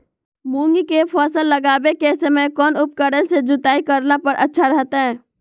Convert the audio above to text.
मूंग के फसल लगावे के समय कौन उपकरण से जुताई करला पर अच्छा रहतय?